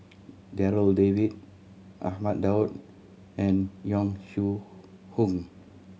Darryl David Ahmad Daud and Yong Shu Hoong